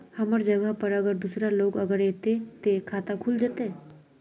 हमर जगह पर अगर दूसरा लोग अगर ऐते ते खाता खुल जते?